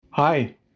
Hi